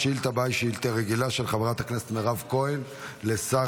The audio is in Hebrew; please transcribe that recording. השאילתה הבאה היא שאילתה רגילה של חברת הכנסת מירב כהן לשר